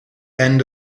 end